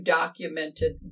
documented